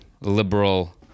liberal